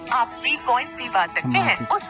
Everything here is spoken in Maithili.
समाजिक योजना के भुगतान केना ल सके छिऐ?